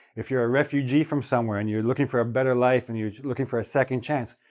if you're a refugee from somewhere and you're looking for a better life and you're looking for a second chance,